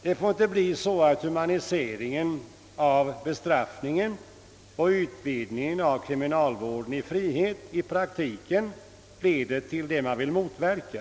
Det får inte bli så att humaniseringen av bestraffningen och utvidgningen av kriminalvården i frihet i praktiken leder till det man vill motverka.